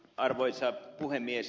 arvoisa puhemies